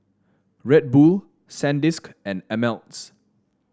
Red Bull Sandisk and Ameltz